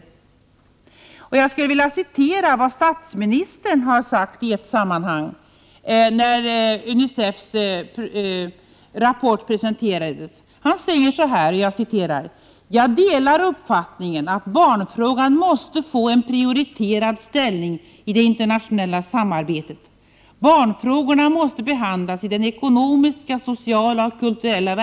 Jag skulle vilja citera vad statsministern har sagt i ett sammanhang när UNICEF:s rapport presenterades. Han säger: ”Jag delar uppfattningen att barnfrågan måste få en prioriterad ställning i det internationella samarbetet. Barnfrågorna måste behandlas i den ekonomiska, sociala och kulturella Prot.